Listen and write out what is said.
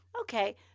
okay